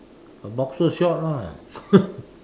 a boxer short lah